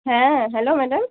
হ্যাঁ hello madam